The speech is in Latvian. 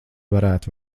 varētu